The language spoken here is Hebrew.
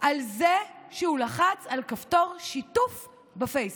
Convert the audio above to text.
על זה שהוא לחץ על כפתור שיתוף בפייסבוק.